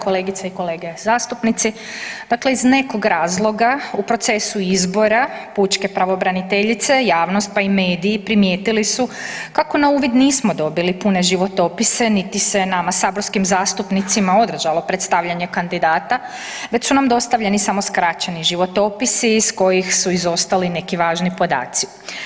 Kolegice i kolege zastupnici, dakle iz nekog razloga u procesu izbora pučke pravobraniteljice javnost pa i mediji primijetili su kako na uvid nismo dobili pune životopise niti se nama saborskim zastupnicima održalo predstavljanje kandidata već su nam dostavljeni samo skraćeni životopisi iz kojih su izostali neki važni podaci.